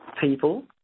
people